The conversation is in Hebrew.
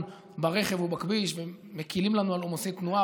ברכב ובכביש ומקילים לנו את עומסי תנועה,